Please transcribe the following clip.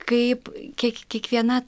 kaip kiek kiekviena